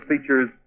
features